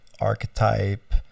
archetype